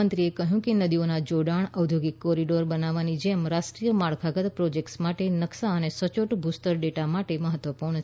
મંત્રીએ કહ્યું કે નદીઓના જોડાણ ઔદ્યોગિક કોરિડોર બનાવવાની જેમ રાષ્ટ્રીય માળખાગત પ્રોજેક્ટ્સ માટે નકશા અને સચોટ ભૂસ્તર ડેટા માટે મહત્વપૂર્ણ છે